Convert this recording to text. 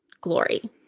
glory